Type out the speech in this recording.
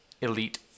elite